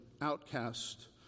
outcast